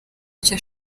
icyo